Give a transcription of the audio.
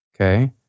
Okay